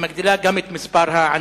ומגדילה גם את מספר העניים.